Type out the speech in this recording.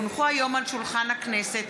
כי הונחו היום על שולחן הכנסת,